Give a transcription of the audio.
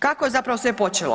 Kako je zapravo sve počelo?